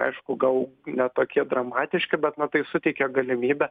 aišku gal ne tokie dramatiški bet na tai suteikia galimybę